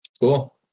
Cool